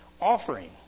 offering